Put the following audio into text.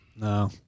No